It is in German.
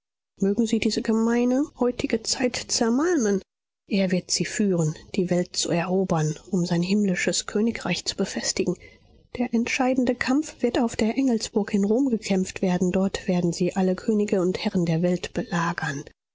mögen sie diese gemeine heutige zeit zermalmen er wird sie führen die welt zu erobern um sein himmlisches königreich zu befestigen der entscheidende kampf wird auf der engelsburg in rom gekämpft werden dort werden sie alle könige und herren der welt belagern